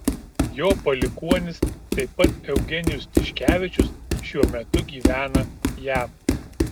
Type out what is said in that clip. jo palikuonis taip pat eugenijus tiškevičius šiuo metu gyvena jav